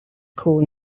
corn